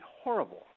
horrible